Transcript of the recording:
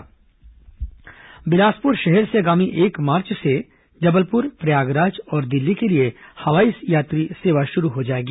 विमान सेवा बिलासपुर शहर से आगामी एक मार्च से जबलपुर प्रयागराज और दिल्ली के लिए हवाई यात्री सेवा शुरू हो जाएगी